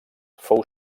fou